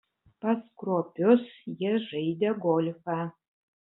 pas kruopius jie žaidė golfą